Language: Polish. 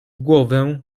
głowę